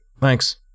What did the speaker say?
Thanks